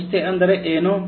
ಸಂಸ್ಥೆ ಅಂದರೆ ಏನು